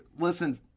Listen